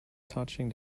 touching